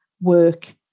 work